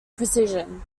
precision